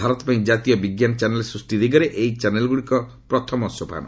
ଭାରତ ପାଇଁ ଜାତୀୟ ବିଜ୍ଞାନ ଚ୍ୟାନେଲ୍ ସ୍ପଷ୍ଟି ଦିଗରେ ଏହି ଚ୍ୟାନେଲ୍ଗୁଡ଼ିକ ପ୍ରଥମ ସୋପାନ